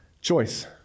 choice